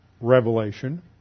revelation